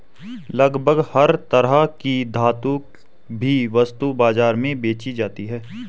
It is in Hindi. लगभग हर तरह की धातु भी वस्तु बाजार में बेंची जाती है